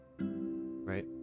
right